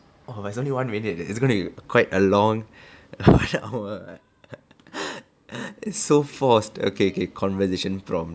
oh there's only one minute it's gonna be quite a long hour leh it's so forced okay okay conversation prompt